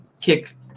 Kick